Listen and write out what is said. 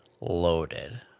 loaded